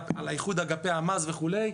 איחוד אגפי המס וכולי.